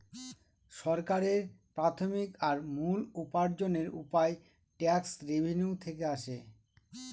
সরকারের প্রাথমিক আর মূল উপার্জনের উপায় ট্যাক্স রেভেনিউ থেকে আসে